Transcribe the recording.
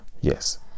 Yes